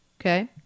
Okay